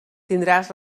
tindràs